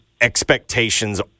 expectations